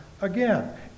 again